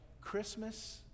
Christmas